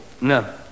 No